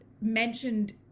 mentioned